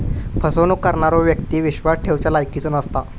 फसवणूक करणारो व्यक्ती विश्वास ठेवच्या लायकीचो नसता